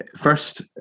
First